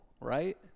right